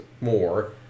more